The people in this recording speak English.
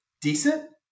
decent